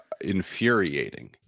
infuriating